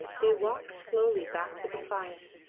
they walked slowly back to the fire.